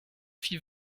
fit